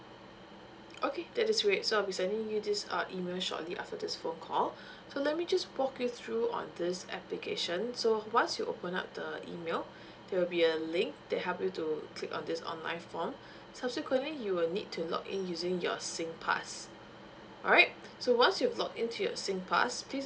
okay that is great so I'll be sending you this uh email shortly after this phone call so let me just walk you through on this application so once you open up the email there will be a link that help you to click on this online form subsequently you will need to log in using your singpass alright so once you log into your singpass please